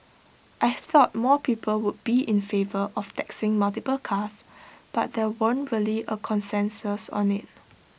I thought more people would be in favour of taxing multiple cars but there weren't really A consensus on IT